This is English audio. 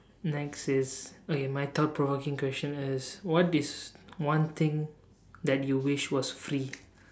next is okay my thought provoking question is what is one thing that you wish was free